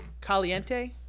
caliente